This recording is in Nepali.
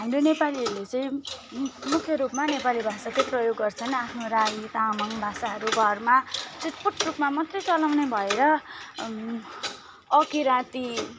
हाम्रो नेपालीहरूले चाहिँ मुख्य रूपमा नेपाली भाषाकै प्रयोग गर्छन् आफ्नो राई तामाङ भाषाहरू घरमा छुटपुट रूपमा मात्रै चलाउने भएर अकिराँती